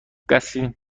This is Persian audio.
قصری